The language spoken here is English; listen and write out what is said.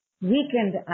weakened